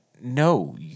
no